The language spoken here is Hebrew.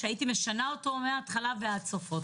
שהייתי משנה אותו מתחילתו ועד סופו.